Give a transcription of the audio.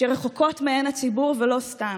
שרחוקות מעין הציבור, ולא סתם,